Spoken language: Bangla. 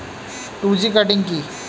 টু জি কাটিং কি?